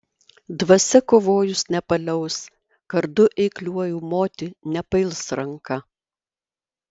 dvasia kovojus nepaliaus kardu eikliuoju moti nepails ranka